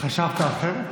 חשבת אחרת?